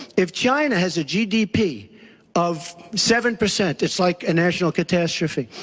if china has a gdp of seven percent it's like a national catastrophe.